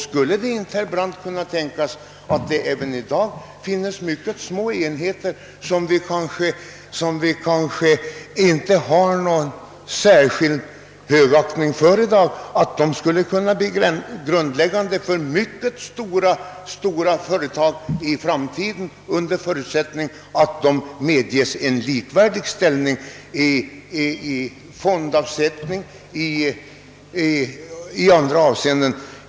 Skulle det inte kunna tänkas, herr Brandt, att det även i dag finns sådana små enheter, som man kanske inte har någon större högaktning för i dag men som i framtiden kan utvecklas till mycket stora företag, under förutsättning att de får en likvärdig ställning i fråga om fondavsättning och annat?